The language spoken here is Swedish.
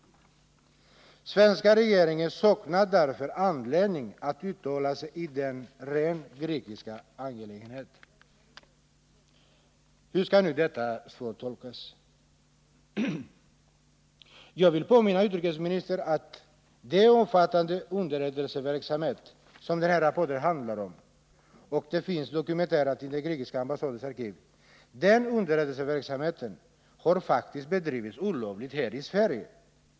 Svenska regeringen saknar därför anledning att uttala sig i denna rent grekiska angelägenhet.” Hur skall nu detta svar tolkas? Jag vill påminna utrikesministern att den omfattande underrättelseverksamhet som den här rapporten handlar om och som finns dokumenterad i den grekiska ambassadens arkiv faktiskt har bedrivits olovligt här i Sverige.